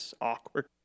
awkward